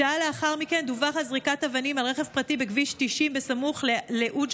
שעה לאחר מכן דווח על זריקת אבנים על רכב פרטי בכביש 90 סמוך לעוג'ה.